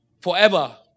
forever